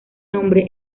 nombre